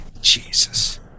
Jesus